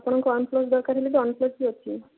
ଆପଣଙ୍କୁ ଓାନ୍ପ୍ଳସ୍ ଦରକାର ବୋଲି ଓାନ୍ପ୍ଳସ୍ ବି ଅଛି